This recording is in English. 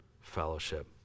fellowship